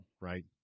right